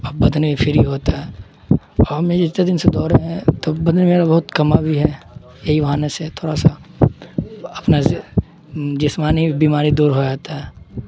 اب بدن بھی فری ہوتا ہے اور ہم جتا دن سے دوڑ رہے ہیں تو بدن میں میرا بہت کما بھی ہے یہی بہانے سے تھوڑا سا اپنا جسمانی بیماری دور ہو جاتا ہے